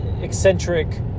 eccentric